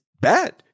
bad